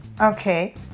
Okay